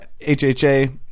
HHA